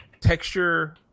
Texture